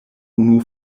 unu